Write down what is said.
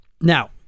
Now